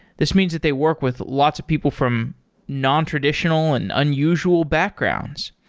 this means that they work with lots of people from nontraditional and unusual backgrounds.